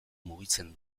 mugitzen